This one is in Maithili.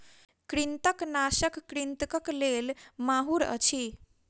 कृंतकनाशक कृंतकक लेल माहुर अछि